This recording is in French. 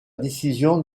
décision